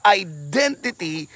identity